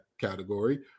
category